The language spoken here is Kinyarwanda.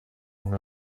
inka